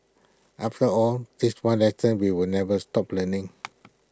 after all this one lesson we will never stop learning